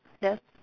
the